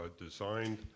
designed